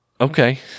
Okay